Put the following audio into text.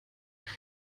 nett